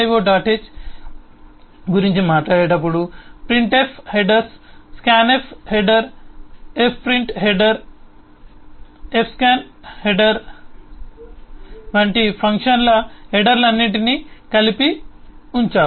h గురించి మాట్లాడేటప్పుడు printf headers scanf header fprintf header fscanf హెడర్printf headers scanf header fprintf header fscanf header వంటి function హెడర్లన్నింటినీ కలిపి ఉంచాము